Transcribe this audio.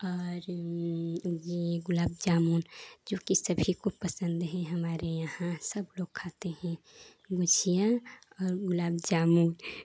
और यह गुलाब जामुन जोकि सभी को पसन्द है हमारे यहाँ सब लोग खाते हैं गुझिया और गुलाब जामुन